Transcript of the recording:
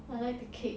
I like the cake